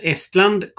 Estland